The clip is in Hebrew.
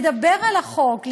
לדבר על החוק,